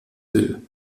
will